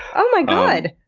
oh my god!